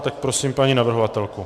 Tak prosím paní navrhovatelku.